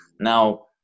Now